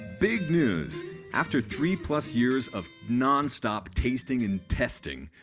big news after three plus years of non-stop tasting and testing,